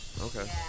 Okay